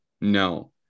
No